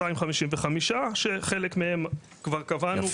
255 שחלק מהם כבר קבענו,